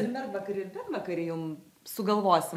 ir mergvakarį vakare jums sugalvosim